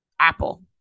Apple